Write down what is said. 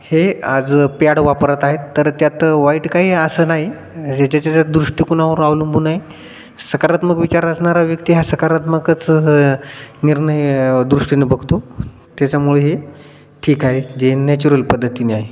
हे आज पॅड वापरत आहेत तर त्यात वाईट काही असं नाही हे ज्याच्या त्याच्या दृष्टिकोनावर अवलंबून आहे सकारात्मक विचार असणारा व्यक्ती हा सकारात्मकच निर्णय दृष्टीने बघतो त्याच्यामुळे हे ठीक आहे जे नॅचरल पद्धतीने आहे